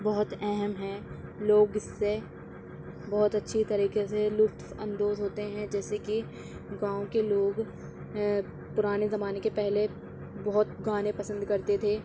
بہت اہم ہے لوگ اس سے بہت اچھی طریقے سے لطف اندوز ہوتے ہیں جیسے کہ گاؤں کے لوگ پرانے زمانے کے پہلے بہت گانے پسند کرتے تھے